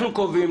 אנחנו קובעים.